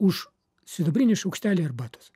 už sidabrinį šaukštelį arbatos